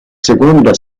seconda